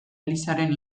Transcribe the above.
elizaren